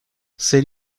ser